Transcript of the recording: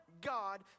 God